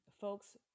folks